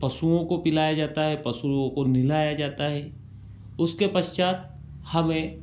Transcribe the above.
पशुओं को पिलाया जाता है पशुओं को नहलाया जाता है उसके पश्चात हमें